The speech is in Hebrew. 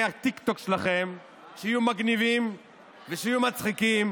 הטיקטוק שלכם שלהם שיהיו מגניבים ושיהיו מצחיקים